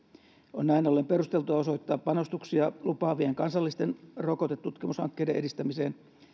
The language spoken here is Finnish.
on näin ollen perusteltua osoittaa panostuksia lupaavien kansallisten rokotetutkimushankkeiden edistämiseen